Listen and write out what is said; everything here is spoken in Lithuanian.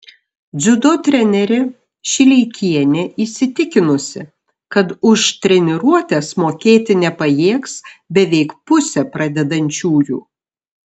dziudo trenerė šileikienė įsitikinusi kad už treniruotes mokėti nepajėgs beveik pusė pradedančiųjų